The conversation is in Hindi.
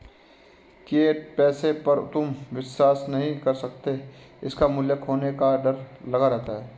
फिएट पैसे पर तुम विश्वास नहीं कर सकते इसका मूल्य खोने का डर लगा रहता है